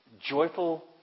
Joyful